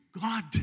God